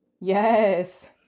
Yes